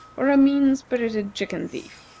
or a mean-spirited chicken thief,